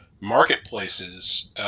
marketplaces